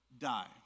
die